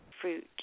fruit